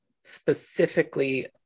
specifically